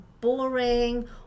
boring